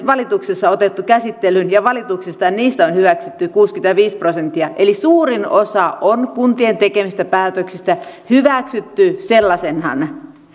valituksessa otettu käsittelyyn ja niistä valituksista on hyväksytty kuusikymmentäviisi prosenttia eli suurin osa kuntien tekemistä päätöksistä on hyväksytty sellaisenaan